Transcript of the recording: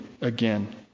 again